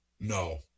No